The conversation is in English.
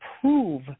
prove